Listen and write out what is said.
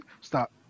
Stop